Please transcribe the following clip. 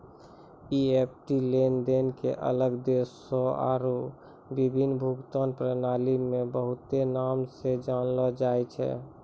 EFT लेनदेन के अलग देशो आरु विभिन्न भुगतान प्रणाली मे बहुते नाम से जानलो जाय छै